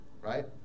right